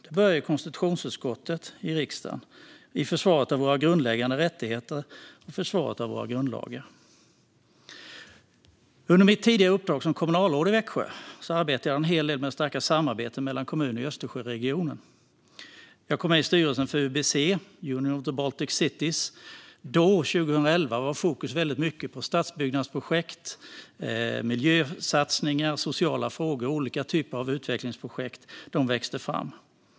Det börjar i konstitutionsutskottet i riksdagen, i försvaret av våra grundläggande rättigheter och i försvaret av våra grundlagar. Under mitt tidigare uppdrag som kommunalråd i Växjö arbetade jag hel en del med att stärka samarbetet mellan kommuner i Östersjöregionen. När jag 2011 kom med i styrelsen för UBC, Union of the Baltic Cities, var fokus mycket på stadsbyggnadsprojekt, miljösatsningar och sociala frågor. Olika typer av utvecklingsprojekt växte fram.